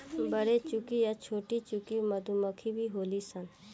बरेचुकी आ छोटीचुकी मधुमक्खी भी होली सन